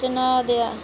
चन्हाऽ दरेआ